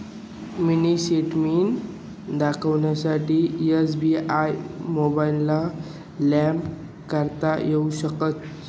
mini statement देखानासाठे SBI मोबाइलना उपेग करता येऊ शकस